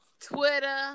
Twitter